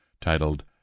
titled